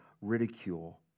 ridicule